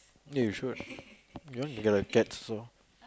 eh you should you want to get the cats also